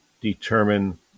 determine